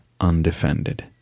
undefended